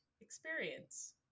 experience